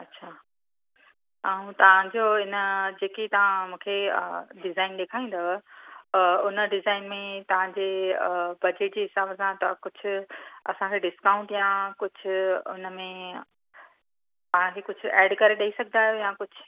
अछा ऐं तव्हांजो हिन जेकी तव्हां मूंखे डिज़ाइन डेखारींदव हुन डिज़ाइन में तव्हांजे बजेट जे हिसाबु सां तव्हां कुझु असांखे डिस्काउंट या कुझु हुन में आहे कुझु एड करे ॾेई सघंदा आहियो या कुझु